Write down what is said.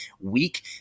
week